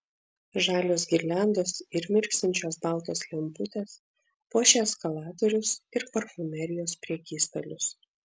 žalios girliandos ir mirksinčios baltos lemputės puošia eskalatorius ir parfumerijos prekystalius